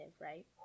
right